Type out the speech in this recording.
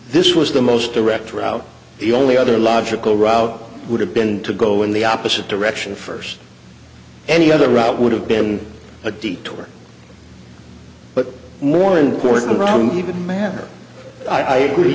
this was the most direct route the only other logical route would have been to go in the opposite direction first any other route would have been a detour but more importantly run even manner i agree